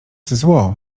zło